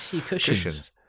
Cushions